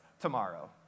tomorrow